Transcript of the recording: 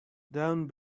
down